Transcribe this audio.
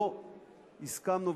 לא הסכמנו,